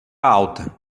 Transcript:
alta